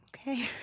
Okay